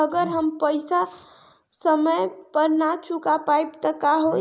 अगर हम पेईसा समय पर ना चुका पाईब त का होई?